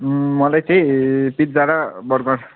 मलाई चाहिँ पिज्जा र बर्गर